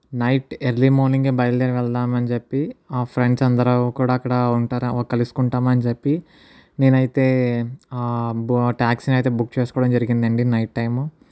night early morning ఏ బయలుదేరి వెళ్దాం అని చెప్పి మా ఫ్రెండ్స్ అందరూ కూడా అక్కడే ఉంటారని చెప్పి కలుసుకుంటామని చెప్పి నేనైతే టాక్సి ని అయితే బుక్ చేసుకోవడం జరిగిందండి నైట్ టైము